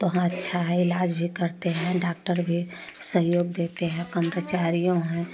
तो वहाँ अच्छा है इलाज भी करते हैँ डॉक्टर भी सहयोग देते हैँ कर्मचारियों हैँ